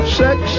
sex